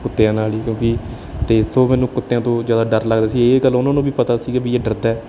ਕੁੱਤਿਆਂ ਨਾਲ ਹੀ ਕਿਉਂਕਿ ਤੇ ਇਸ ਤੋਂ ਮੈਨੂੰ ਕੁੱਤਿਆਂ ਤੋਂ ਜ਼ਿਆਦਾ ਡਰ ਲੱਗਦਾ ਸੀ ਇਹ ਗੱਲ ਉਨ੍ਹਾਂ ਨੂੰ ਵੀ ਪਤਾ ਸੀ ਵੀ ਇਹ ਡਰਦਾ ਹੈ